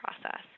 process